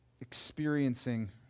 experiencing